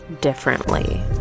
differently